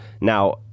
Now